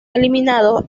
eliminados